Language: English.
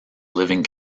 living